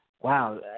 Wow